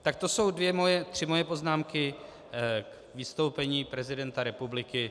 Tak to jsou tři moje poznámky k vystoupení prezidenta republiky.